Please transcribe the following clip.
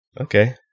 Okay